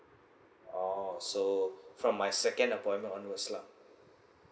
oh so from my second appointment onwards lah